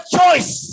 choice